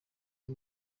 y’u